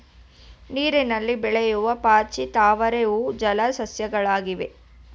ನೀರಿನಲ್ಲಿ ಬೆಳೆಯೂ ಪಾಚಿ, ತಾವರೆ ಹೂವು ಜಲ ಸಸ್ಯಗಳಾಗಿವೆ